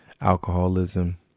alcoholism